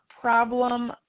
problem